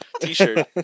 t-shirt